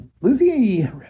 lucy